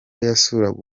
yasuraga